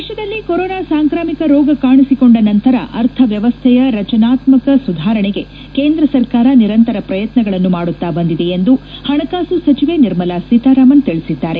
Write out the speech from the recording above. ದೇಶದಲ್ಲಿ ಕೊರೋನಾ ಸಾಂಕ್ರಾಮಿಕ ರೋಗ ಕಾಣಿಸಿಕೊಂಡ ನಂತರ ಅರ್ಥವ್ನವಸ್ಸೆಯ ರಚನಾತ್ಸಕ ಸುಧಾರಣೆಗೆ ಕೇಂದ್ರ ಸರ್ಕಾರ ನಿರಂತರ ಪ್ರಯತ್ನಗಳನ್ನು ಮಾಡುತ್ತಾ ಬಂದಿದೆ ಎಂದು ಪಣಕಾಸು ಸಚಿವೆ ನಿರ್ಮಲಾ ಸೀತಾರಾಮನ್ ತಿಳಿಸಿದ್ದಾರೆ